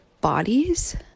bodies